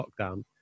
lockdown